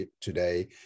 today